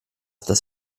das